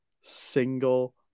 single